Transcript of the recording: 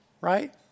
right